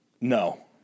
No